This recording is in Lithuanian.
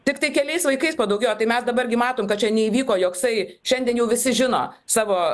tiktai keliais vaikais padaugėjo tai mes dabar gi matome kad čia neįvyko joksai šiandien jau visi žino savo